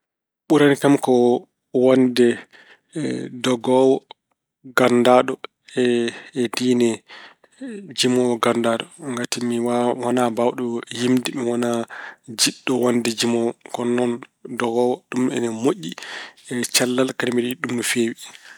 Ɓurani kam ko wonde dogoowo ganndaaɗo e diine jimoowo ganndaaɗo. Ngati mi waa- mi wonaa mbaawɗo yimde, mi wonaa jiɗɗo wonde jimoowo. Kono noon dogoowo, ina moƴƴi e cellal kadi mbeɗa yiɗi ɗum no feewi.